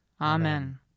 Amen